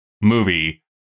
movie